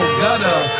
gutter